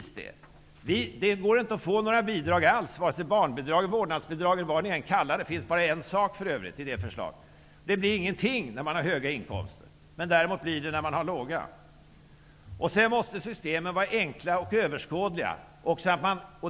Det går inte att få några bidrag alls, vare sig barnbidrag, vårdnadsbidrag eller annat om man har höga inkomster, däremot om man har låga inkomster. Systemen måste vara enkla och överskådliga.